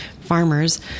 farmers